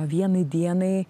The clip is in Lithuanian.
vienai dienai